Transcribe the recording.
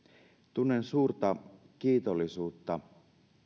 tunnen suurta kiitollisuutta